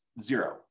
zero